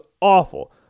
awful